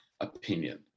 opinion